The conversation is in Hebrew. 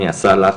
מי עשה לך.